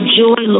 joy